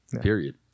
period